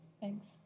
Thanks